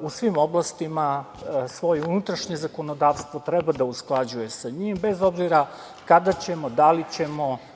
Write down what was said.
u svim oblastima svoje unutrašnje zakonodavstvo treba da usklađuje sa njim, bez obzira kada ćemo, da li ćemo